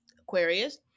Aquarius